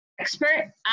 Expert